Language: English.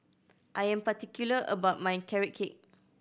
I am particular about my Carrot Cake